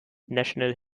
national